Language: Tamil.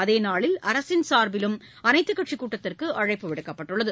அதேநாளில் அரசின் சாா்பிலும் அனைத்துக் கட்சிக் கூட்டத்திற்குஅழைப்பு விடுக்கப்பட்டுள்ளது